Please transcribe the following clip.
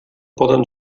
poden